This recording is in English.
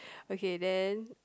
okay then